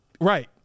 Right